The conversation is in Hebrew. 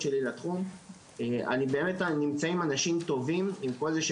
צהרים טובים.